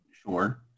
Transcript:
Sure